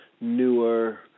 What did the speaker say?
newer